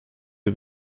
wir